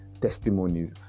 testimonies